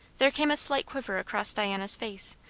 there came a slight quiver across diana's face,